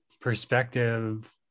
perspective